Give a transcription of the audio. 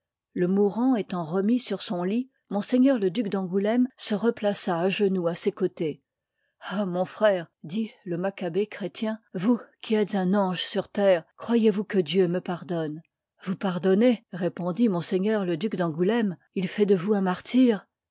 le mourant étant remis sur son lit m le duc d'angouléme se replaça à genoux à ses côtés ah mon frère dit le machabée chrétien vous qui êtes un ange sur terre croyez-vous que dieu me pardonne yous pardonner répondit ms le duc d'angoulême il fait de vous un martyr